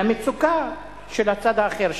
למצוקה של הצד האחר,